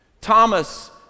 Thomas